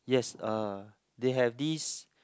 yes uh they have this